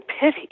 pity